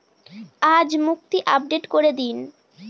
আজ মুক্তি আপডেট করে দিন